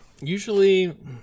Usually